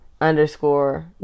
underscore